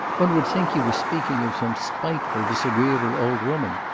one would think you were speaking of some spiteful, disagreeable old woman.